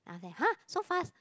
ah then !huh! so fast